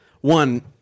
one